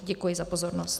Děkuji za pozornost.